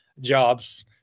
jobs